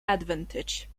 advantage